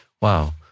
Wow